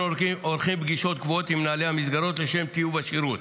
עורכים פגישות קבועות עם מנהלי המסגרות לשם טיוב השירות.